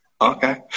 Okay